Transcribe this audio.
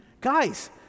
guys